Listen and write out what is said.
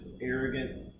arrogant